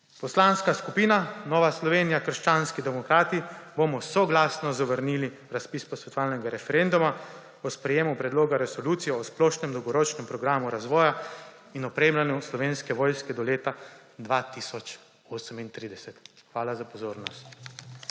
Poslanska skupina Nova Slovenija – krščanski demokrati bomo soglasno zavrnili razpis Posvetovalnega referenduma o sprejemu Predloga resolucije o splošnem dolgoročnem programu razvoja in opremljanja Slovenske vojske do leta 2035. Hvala za pozornost.